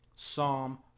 Psalm